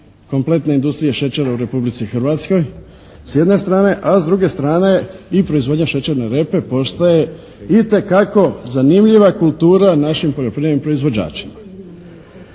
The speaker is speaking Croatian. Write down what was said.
kompletne industrije šećera u Republici Hrvatskoj s jedne strane, a s druge strane i proizvodnja šećerne repe postaje itekako zanimljiva kultura našim poljoprivrednim proizvođačima.